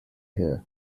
here